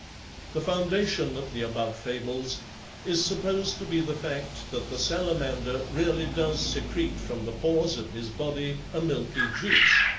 the foundation of the above fables is supposed to be the fact that the salamander really does secrete from the pores of his body a milky juice,